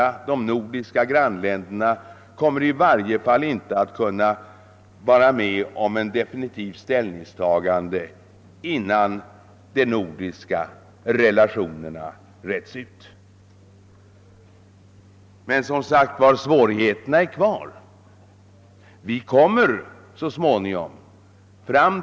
De nordiska grannländerna kommer i varje fall inte att kunna vara med om ett definitivt ställningstagande, innan de nordiska relationerna retts ut. Svårigheterna är som sagt kvar.